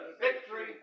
Victory